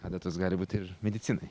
adatos gali būt ir medicinai